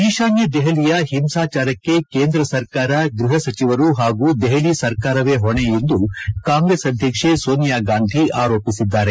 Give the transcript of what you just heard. ಈಶಾನ್ಯ ದೆಪಲಿಯ ಹಿಂಸಾಚಾರಕ್ಕೆ ಕೇಂದ್ರ ಸರ್ಕಾರ ಗೃಪ ಸಚಿವರು ಹಾಗೂ ದೆಪಲಿ ಸರ್ಕಾರವೇ ಹೊಣೆ ಎಂದು ಕಾಂಗ್ರೆಸ್ ಅಧಕ್ಷೆ ಸೋನಿಯಾ ಗಾಂಧಿ ಆರೋಪಿಸಿದ್ದಾರೆ